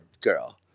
girl